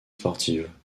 sportives